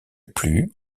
plus